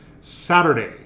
Saturday